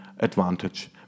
advantage